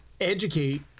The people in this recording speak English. educate